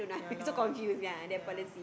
yeah lor yeah